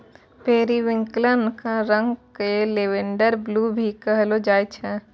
periwinkle रंग क lavender blue भी कहलो जाय छै